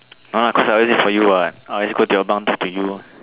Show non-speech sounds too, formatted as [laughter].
[noise] uh cause I always wait for you what I always go to your bunk talk to you